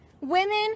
women